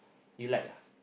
you like